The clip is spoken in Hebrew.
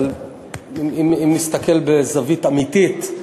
אבל אם נסתכל בזווית אמיתית,